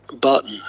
button